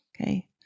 okay